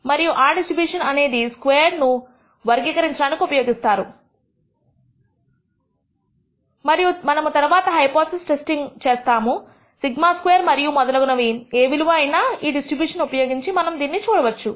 మరియు ఆ డిస్ట్రిబ్యూషన్ అనేది స్క్వేర్డ్ ను వర్గీకరించడానికి ఉపయోగిస్తారు మరియు మనము తర్వాత హైపోథిసిస్ టెస్టింగ్ చేస్తాము σ2 మరియు మొదలగునవి ఏ విలువ అయినా ఈ డిస్ట్రిబ్యూషన్స్ ఉపయోగించి మనము దీన్ని చూడవచ్చు